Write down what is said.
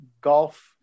golf